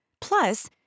Plus